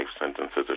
sentences